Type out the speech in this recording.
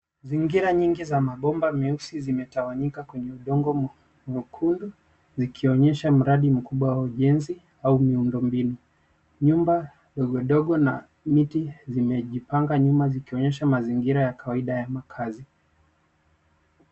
Mazingira nyingi za mabomba meusi zimetawanyika kwenye udongo mwekundu zikionyesha mradi mkubwa wa ujenzi au miundo mbinu. Nyumba ndogo ndogo na miti zimejipanga nyuma zikionyesha mazingira ya kawaida ya makaazi.